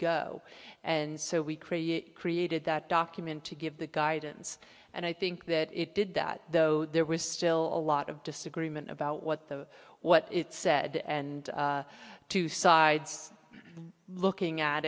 go and so we create created that document to give the guidance and i think that it did that though there was still a lot of disagreement about what the what it said and two sides looking at